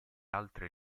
altre